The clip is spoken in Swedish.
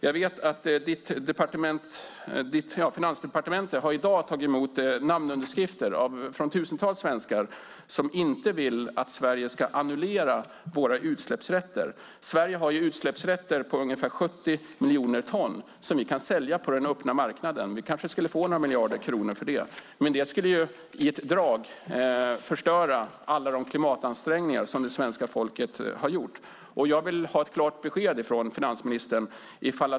Jag vet att Finansdepartementet i dag har tagit emot namnunderskrifter från tusentals svenskar som inte vill att Sverige ska annullera våra utsläppsrätter. Sverige har utsläppsrätter avseende ungefär 70 miljoner ton koldioxid som vi kan sälja på den öppna marknaden. Kanske skulle vi få några miljarder kronor för dem. Men det skulle i ett drag förstöra svenska folkets alla klimatansträngningar. Jag vill ha ett klart besked från finansministern.